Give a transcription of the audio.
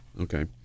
Okay